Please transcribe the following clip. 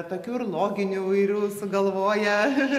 tokių ir loginių įvairių sugalvoja